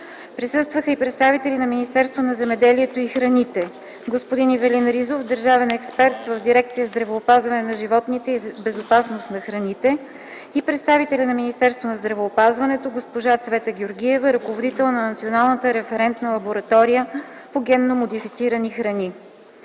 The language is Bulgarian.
на околната среда”; на Министерството на земеделието и храните: Ивелин Ризов – държавен експерт в дирекция „Здравеопазване на животните и безопасност на храните”, на Министерството на здравеопазването – госпожа Цвета Георгиева – ръководител на Националната референтна лаборатория по генно модифицирани храни.